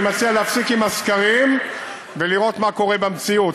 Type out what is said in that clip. אני מציע להפסיק עם הסקרים ולראות מה קורה במציאות.